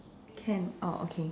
can oh okay